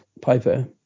Piper